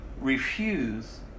refuse